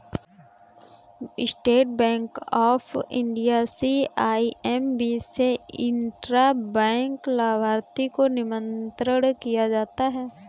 state bank of India CIMB से intra bank लाभार्थी को नियंत्रण किया जाता है